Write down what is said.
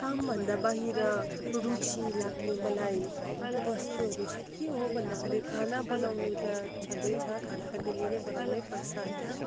कामभन्दा बाहिर रुचि लाग्ने मलाई वस्तुहरू चाहिँ के हो भन्दाखेरि खाना बनाउनु त छँदैछ खाना त डेली नै बनाउनै पर्छ होइन